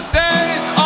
days